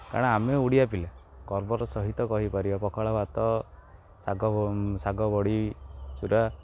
କାରଣ ଆମେ ଓଡ଼ିଆ ପିଲା ଗର୍ବର ସହିତ କହିପାରିବା ପଖାଳ ଭାତ ଶାଗ ଶାଗ ବଡ଼ି ଚୁରା